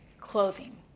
clothing